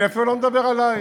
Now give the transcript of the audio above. אני אפילו לא מדבר עלייך.